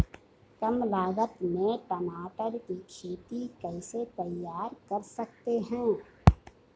कम लागत में टमाटर की खेती कैसे तैयार कर सकते हैं?